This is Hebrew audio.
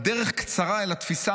הדרך קצרה אל התפיסה